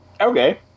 Okay